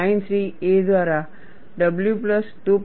93 a દ્વારા w plus 2